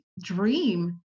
dream